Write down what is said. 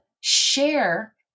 share